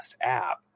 app